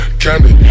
candy